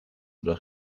oder